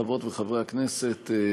חברות וחברי הכנסת,